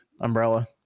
umbrella